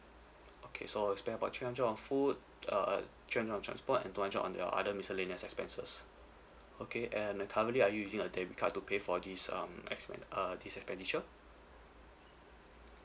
okay so you spend about three hundred on food uh three hundred on transport and two hundred on your other miscellaneous expenses okay and currently are you using a debit card to pay for this um expen~ uh this expenditure